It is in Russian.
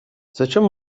зачем